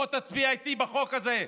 בוא תצביע איתי בחוק הזה.